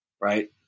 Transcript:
right